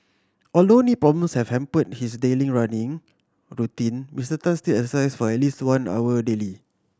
although knee problems have his daily running routine Mister Tan still exercises for at least one hour daily